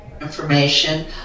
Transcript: information